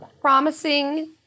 promising